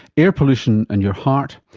air pollution and your heart,